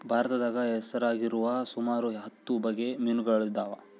ಭಾರತದಾಗ ಹೆಸರಾಗಿರುವ ಸುಮಾರು ಹತ್ತು ಬಗೆ ಮೀನುಗಳಿದವ